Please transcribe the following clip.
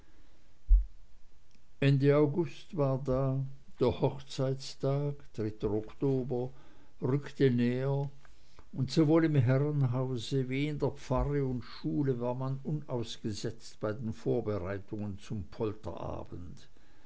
ende august war da der hochzeitstag rückte näher und sowohl im herrenhause wie in der pfarre und schule war man unausgesetzt bei den vorbereitungen zum polterabend